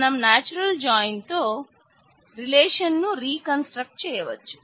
మనం natural join తో ను రీకన్స్ట్రక్ట్ చేయవచ్చు